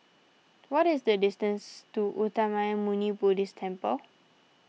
what is the distance to Uttamayanmuni Buddhist Temple